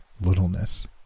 littleness